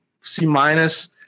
C-minus